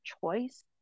choice